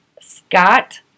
Scott